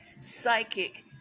psychic